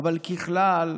אבל ככלל,